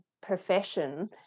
profession